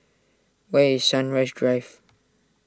where is Sunrise Drive